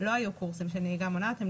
לא היו קורסים של נהיגה מונעת וכל הזמן